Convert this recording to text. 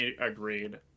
Agreed